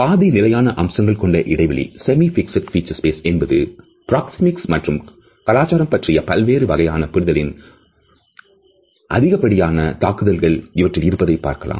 பாதி நிலையான அம்சங்கள் கொண்ட இடைவெளி semi fixed feature space என்பது பிராக்சேமிக்ஸ் மற்றும் கலாச்சாரம் பற்றிய பல்வேறு வகையான புரிதலின் அதிகப்படியான தாக்குதல்கள் இவற்றில் இருப்பதை பார்க்கலாம்